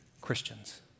Christians